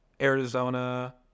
Arizona